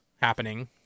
happening